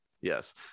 Yes